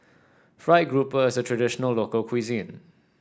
fried grouper is a traditional local cuisine